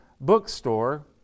bookstore